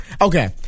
Okay